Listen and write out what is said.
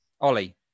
Ollie